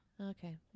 Okay